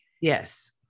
Yes